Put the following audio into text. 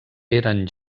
eren